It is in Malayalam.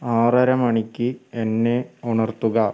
ആറര മണിക്ക് എന്നെ ഉണർത്തുക